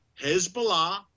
Hezbollah